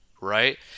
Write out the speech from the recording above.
right